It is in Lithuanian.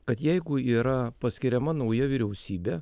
kad jeigu yra paskiriama nauja vyriausybė